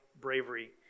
bravery